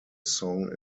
song